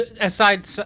aside